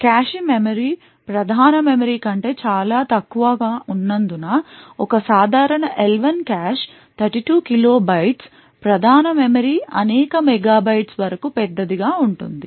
cache memory ప్రధాన memory కంటే చాలా తక్కువగా ఉన్నందున ఒక సాధారణ L1 కాష్ 32 kilobytes ప్రధాన మెమరీ అనేక Megabytes వరకు పెద్దదిగా ఉంటుంది